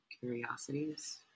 curiosities